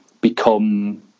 become